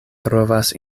provas